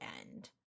end